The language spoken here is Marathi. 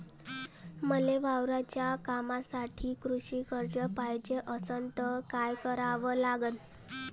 मले वावराच्या कामासाठी कृषी कर्ज पायजे असनं त काय कराव लागन?